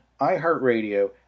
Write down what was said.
iHeartRadio